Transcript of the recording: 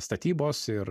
statybos ir